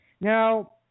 Now